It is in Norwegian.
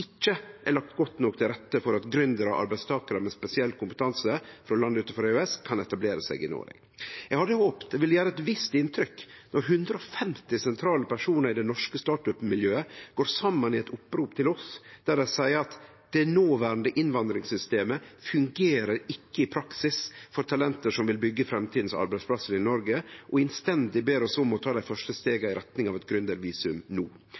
ikkje er lagt godt nok til rette for at gründerar og arbeidstakarar med spesiell kompetanse frå land utanfor EØS, kan etablere seg i Noreg. Eg hadde håpt det ville gjere eit visst inntrykk då 150 sentrale personar i det norske startup-miljøet gjekk saman i eit opprop til oss der dei sa at det noverande innvandringssystemet ikkje fungerer i praksis for talent som vil byggje framtidas arbeidsplassar i Noreg, og der dei innstendig ber oss om å ta dei første